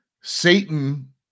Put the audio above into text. Satan